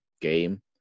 game